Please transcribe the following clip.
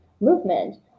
movement